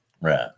Right